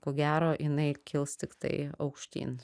ko gero jinai kils tiktai aukštyn